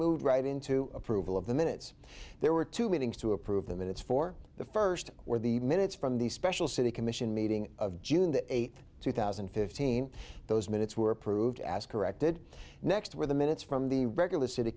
moved right into approval of the minutes there were two meetings to approve the minutes for the first or the minutes from the special city commission meeting of june the eighth two thousand and fifteen those minutes were approved asked corrected next where the minutes from the regular city